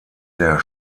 der